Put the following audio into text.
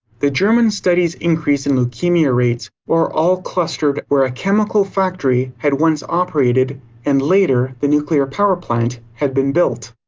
the german study's increase in leukemia rates were all clustered where a chemical factory had once operated and later the nuclear power plant had been built.